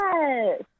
Yes